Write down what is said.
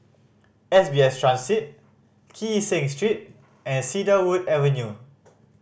S B S Transit Kee Seng Street and Cedarwood Avenue